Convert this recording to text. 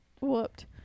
whooped